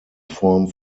form